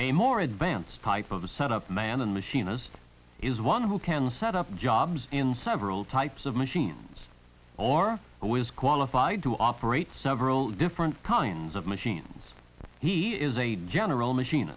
a more advanced type of the set up man and machinist is one who can set up jobs in several types of machines or who is qualified to operate several different kinds of machines he is a general machin